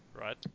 right